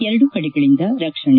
ಎರಡು ಕಡೆಗಳಿಂದ ರಕ್ಷಣೆ